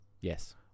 Yes